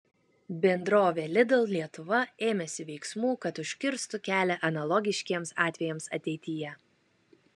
bendrovė lidl lietuva ėmėsi veiksmų kad užkirstų kelią analogiškiems atvejams ateityje